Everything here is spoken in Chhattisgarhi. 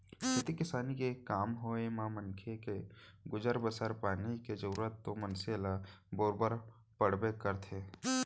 खेती किसानी के काम होवय या मनखे के गुजर बसर पानी के जरूरत तो मनसे ल बरोबर पड़बे करथे